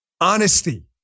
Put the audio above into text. Honesty